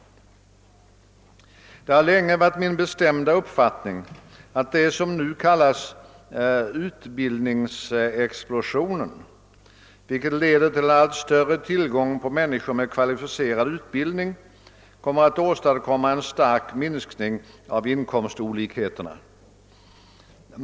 Det har länge varit min bestämda uppfattning att det som nu kallas utbildningsexplosionen, vilken leder till allt större tillgång på människor med kvalificerad utbildning, kommer att åstadkomma en stark minskning av inkomstolikheterna.